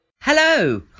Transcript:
Hello